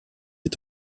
est